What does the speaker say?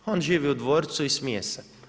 On živi u dvorcu i smije se.